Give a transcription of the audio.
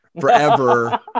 forever